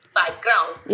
background